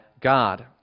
God